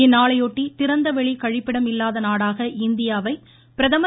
இந்நாளையொட்டி திறந்த வெளி கழிப்பிடம் இல்லாத நாடாக இந்தியாவை பிரதமர்